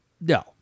No